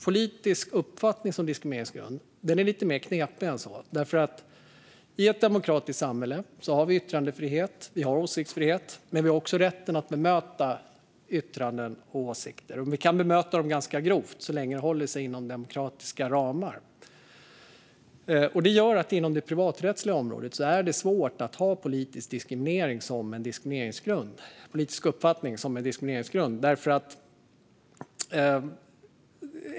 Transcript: Politisk uppfattning som diskrimineringsgrund är lite mer knepig. I ett demokratiskt samhälle har vi yttrandefrihet, och vi har åsiktsfrihet. Men vi har också rätten att bemöta yttranden och åsikter, och vi kan bemöta dem ganska grovt så länge det håller sig inom demokratiska ramar. Detta gör att det är svårt att inom det privaträttsliga området ha politisk uppfattning som en diskrimineringsgrund.